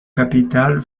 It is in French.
capitale